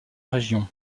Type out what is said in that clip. région